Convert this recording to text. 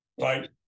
right